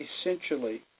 essentially